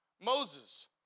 Moses